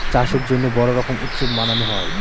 চাষের জন্য বড়ো রকম উৎসব মানানো হয়